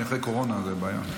אני אחרי קורונה, זאת בעיה.